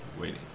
waiting